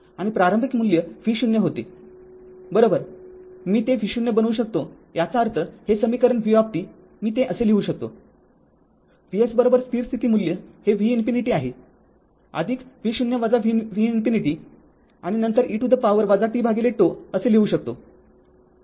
आणि प्रारंभिक मूल्य v0 होते मी ते v0 बनवू शकतो याचा अर्थ हे समीकरण v मी ते असे लिहू शकतो Vs स्थिर स्थिती मूल्य हे V ∞ आहे v0 V ∞ आणि नंतर हे e to the power tτ असे लिहू शकतो